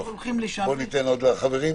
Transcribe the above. טוב, בוא ניתן לעוד חברים.